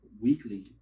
weekly